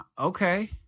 Okay